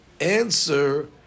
answer